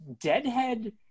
deadhead